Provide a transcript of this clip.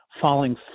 falling